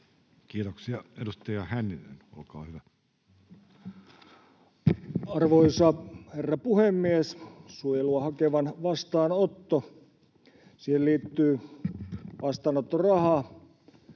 Kiitoksia. — Edustaja Hänninen, olkaa hyvä. Arvoisa herra puhemies! Suojelua hakevan vastaanotto: Siihen liittyy vastaanottorahaa,